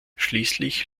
schließlich